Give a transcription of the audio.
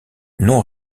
non